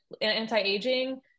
anti-aging